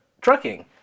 trucking